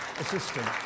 assistant